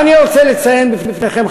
אבל אני רוצה לציין בפניכם,